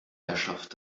herrschaft